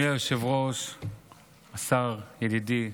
יום רביעי כ"א בשבט התשפ"ד,